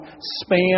span